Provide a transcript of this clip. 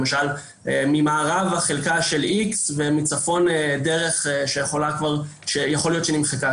למשל ממערב חלקה של X ומצפון דרך שיכול להיות שכבר נמחקה